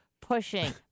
pushing